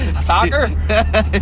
Soccer